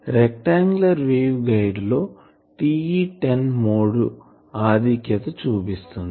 rectangular wave guide లో TE10 mode ఆధిక్యత చూపిస్తుంది